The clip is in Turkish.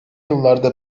yıllarda